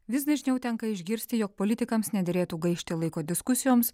vis dažniau tenka išgirsti jog politikams nederėtų gaišti laiko diskusijoms